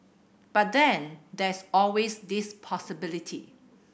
but then there's always this possibility